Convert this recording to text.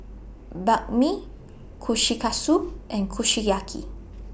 Banh MI Kushikatsu and Kushiyaki